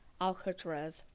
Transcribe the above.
Alcatraz